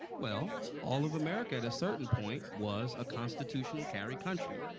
well, all of america, at a certain point, was a constitutional carry country.